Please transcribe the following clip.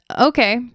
Okay